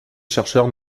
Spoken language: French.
chercheurs